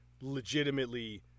legitimately